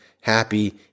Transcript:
happy